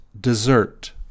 dessert